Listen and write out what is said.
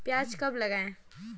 प्याज कब लगाएँ?